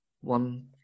one